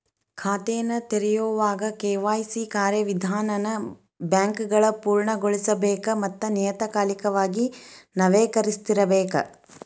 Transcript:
ಖಾತೆನ ತೆರೆಯೋವಾಗ ಕೆ.ವಾಯ್.ಸಿ ಕಾರ್ಯವಿಧಾನನ ಬ್ಯಾಂಕ್ಗಳ ಪೂರ್ಣಗೊಳಿಸಬೇಕ ಮತ್ತ ನಿಯತಕಾಲಿಕವಾಗಿ ನವೇಕರಿಸ್ತಿರಬೇಕ